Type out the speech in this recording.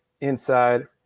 inside